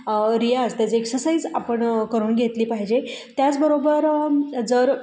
रियाज त्याचे एक्सरसाइज आपण करून घेतली पाहिजे त्याचबरोबर जर